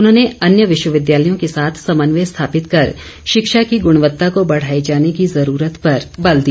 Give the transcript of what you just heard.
उन्होंने अन्य विश्वविद्यालयों के साथ समन्वय स्थापित कर शिक्षा की गुणवत्ता को बढ़ाए जाने की जरूरत पर बल दिया